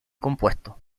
compuesto